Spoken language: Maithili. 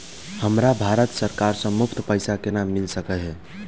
हमरा भारत सरकार सँ मुफ्त पैसा केना मिल सकै है?